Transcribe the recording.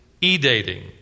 e-dating